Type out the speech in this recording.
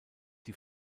die